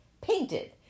painted